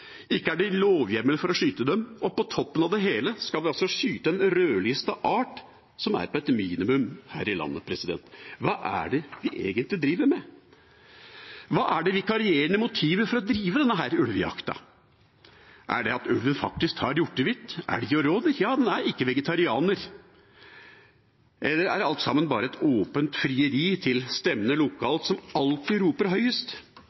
ikke er det lovhjemmel for å skyte dem, og på toppen av det hele skal vi altså skyte en rødlistet art som er på et minimum her i landet. Hva er det vi egentlig driver med? Hva er det vikarierende motivet for å drive denne ulvejakta? Er det det at ulven faktisk tar hjortevilt, elg og rådyr? Ja, den er ikke vegetarianer. Eller er alt sammen bare et åpent frieri til stemmene lokalt som alltid roper høyest?